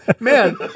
Man